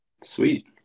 Sweet